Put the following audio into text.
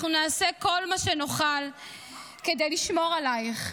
אנחנו נעשה כל מה שנוכל כדי לשמור עלייך.